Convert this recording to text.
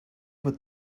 what